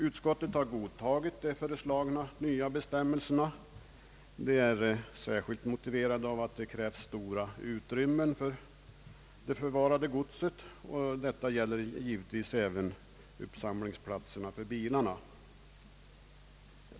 Utskottet har godtagit de föreslagna nya bestämmelserna, som vi finner särskilt motiverade med hänsyn till att det krävs stora utrymmen för det förvarade godset. Detsamma gäller givetvis också uppsamlingsplatserna för bilar.